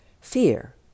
Fear